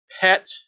Pet